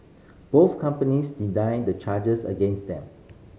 both companies deny the charges against them